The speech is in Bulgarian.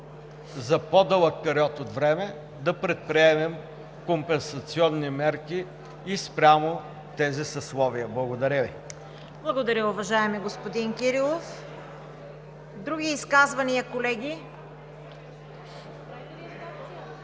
за по-дълъг период от време да предприемем компенсационни мерки и спрямо тези съсловия. Благодаря Ви. ПРЕДСЕДАТЕЛ ЦВЕТА КАРАЯНЧЕВА: Благодаря, уважаеми господин Кирилов. Други изказвания, колеги?